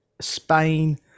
Spain